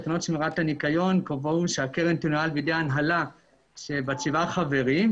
תקנות שמירת הניקיון קבעו שהקרן תנוהל בידי הנהלה בת שבעה חברים,